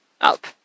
up